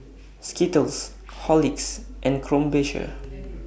Skittles Horlicks and Krombacher